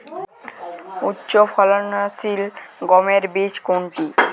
উচ্চফলনশীল গমের বীজ কোনটি?